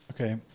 Okay